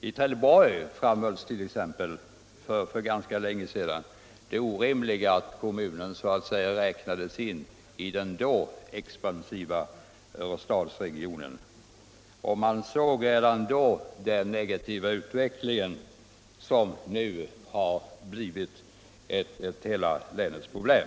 I Trelleborg framhölls t.ex. för ganska länge sedan det orimliga i att kommunen räknades in i den då expansiva Örestadsregionen. Man såg redan då den negativa utveckling som nu har blivit hela länets problem.